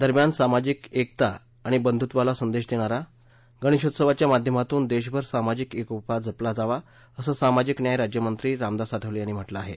दरम्यान सामाजिक एकता आणि बंधुत्वाचा संदेश देणा या गणेशोत्सवाच्या माध्यमातून देशभर सामाजिक एकोपा जपला जावा असं सामाजिक न्याय राज्यमंत्री रामदास आठवले यांनी म्हटलं आहे